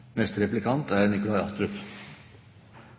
Neste replikant er